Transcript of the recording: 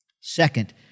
Second